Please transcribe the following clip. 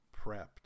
prepped